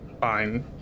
fine